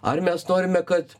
ar mes norime kad